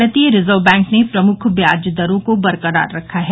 भारतीय reserve bank ने प्रमुख ब्याज दरों को बरकरार रखा है